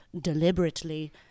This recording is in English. deliberately